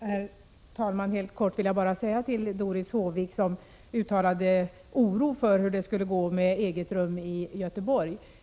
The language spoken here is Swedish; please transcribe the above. Herr talman! Jag vill bara helt kort säga några ord till Doris Håvik, som uttalade oro för hur det skulle gå med eget rum i Göteborg.